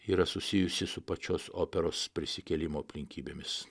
yra susijusi su pačios operos prisikėlimo aplinkybėmis